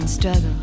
struggle